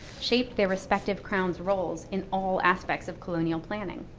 shaped their respective crown's roles in all aspects of colonial planning.